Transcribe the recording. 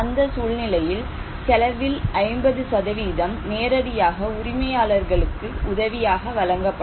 அந்த சூழ்நிலையில் செலவில் 50 நேரடியாக உரிமையாளர்களுக்கு உதவியாக வழங்கப்படும்